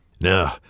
No